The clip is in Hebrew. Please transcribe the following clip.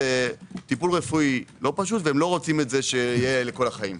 זה טיפול רפואי לא פשוט ולא רוצים שיהיה לכל החיים.